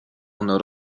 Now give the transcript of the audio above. ono